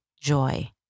joy